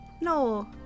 No